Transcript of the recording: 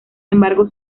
embargo